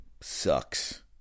Sucks